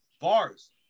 Bars